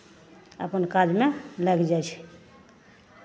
अपन काजमे लागि जाइ छै